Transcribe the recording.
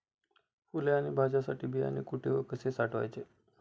फुले आणि भाज्यांसाठी बियाणे कुठे व कसे साठवायचे?